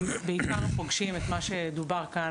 הם בעיקר פוגשים את מה שדובר כאן,